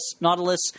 Nautilus